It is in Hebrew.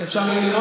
לא,